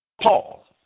Paul